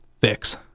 fix